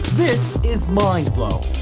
this is mind blow.